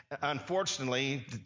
unfortunately